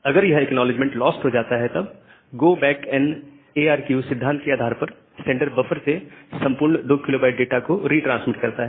अगर यह acknowledgement lost हो जाता है तब गो बैक एन सिद्धांत के आधार पर सेंडर बफर से संपूर्ण 2 KB डाटा को रिट्रांसमिट करता है